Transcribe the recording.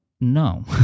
no